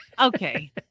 Okay